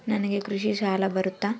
ನನಗೆ ಕೃಷಿ ಸಾಲ ಬರುತ್ತಾ?